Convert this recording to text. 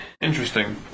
Interesting